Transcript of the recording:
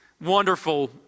wonderful